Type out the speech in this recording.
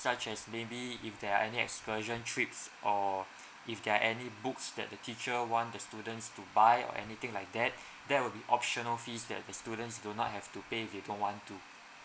such as maybe if there are any excursion trips or if there any books that the teacher want the students to buy or anything like that that will be optional fees that the students do not have to pay people if they don't want to